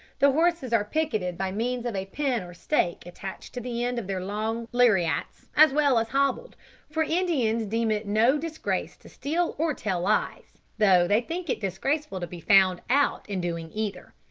the horses are picketed by means of a pin or stake attached to the ends of their long laryats, as well as hobbled for indians deem it no disgrace to steal or tell lies, though they think it disgraceful to be found out in doing either.